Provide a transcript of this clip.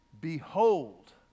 Behold